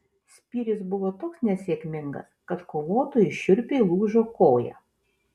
spyris buvo toks nesėkmingas kad kovotojui šiurpiai lūžo koją